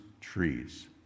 trees